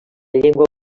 llengua